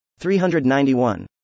391